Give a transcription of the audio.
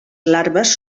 larves